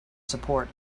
support